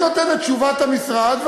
אני נותן את תשובת המשרד,